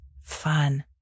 Fun